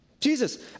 Jesus